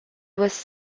was